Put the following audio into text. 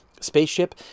Spaceship